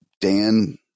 Dan